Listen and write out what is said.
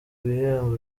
ibihembo